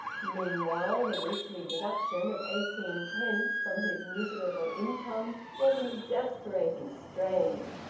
meanwhile the weekly deduction of eighteenpence from his miserable income was an exasperating strain.